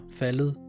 faldet